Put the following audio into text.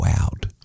out